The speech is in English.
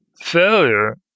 failure